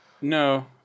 No